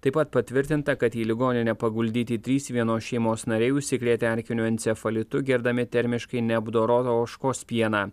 taip pat patvirtinta kad į ligoninę paguldyti trys vienos šeimos nariai užsikrėtė erkiniu encefalitu gerdami termiškai neapdorotą ožkos pieną